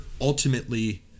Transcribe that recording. ultimately